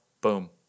Boom